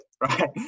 right